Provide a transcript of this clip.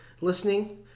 listening